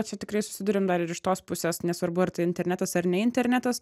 čia tikrai susiduriam dar ir iš tos pusės nesvarbu ar tai internetas ar ne internetas